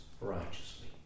righteously